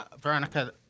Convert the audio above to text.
Veronica